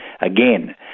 again